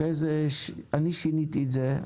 אחר כך אני שיניתי את זה,